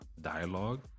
dialogue